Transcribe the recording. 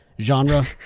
genre